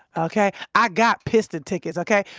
ok. i got piston tickets, ok,